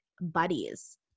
buddies